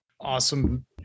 awesome